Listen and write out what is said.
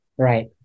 Right